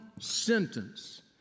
sentence